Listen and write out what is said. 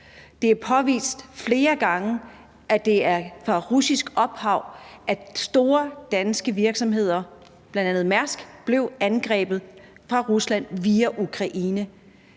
Det er påvist flere gange, at store danske virksomheder, bl.a. Mærsk, er blevet angrebet fra Rusland via Ukraine.